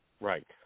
Right